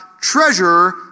treasure